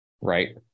right